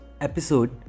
episode